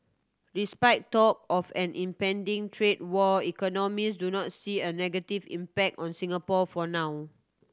despite talk of an impending trade war economists do not see a negative impact on Singapore for now